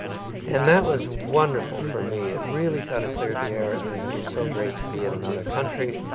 and that was wonderful for me. it really kind of cleared the air and it was so great to be in another country.